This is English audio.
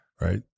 right